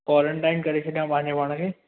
quarantine करे छॾां पंहिंजे पाण खे